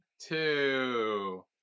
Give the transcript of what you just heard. two